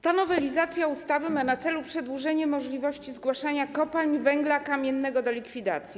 Ta nowelizacja ustawy ma na celu przedłużenie możliwości zgłaszania kopalń węgla kamiennego do likwidacji.